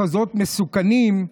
מחוזות מסוכנים,